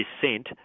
dissent